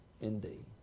indeed